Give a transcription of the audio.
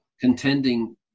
contending